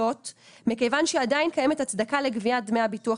זאת מכיוון שעדיין קיימת הצדקה לגביית דמי הביטוח